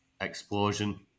explosion